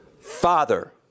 Father